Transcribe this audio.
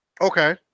Okay